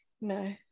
no